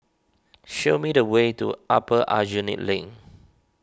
show me the way to Upper Aljunied Link